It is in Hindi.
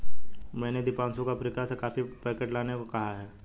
मैंने दीपांशु को अफ्रीका से कॉफी पैकेट लाने को कहा है